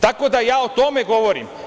Tako da, ja o tome govorim.